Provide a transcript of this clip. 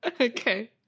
Okay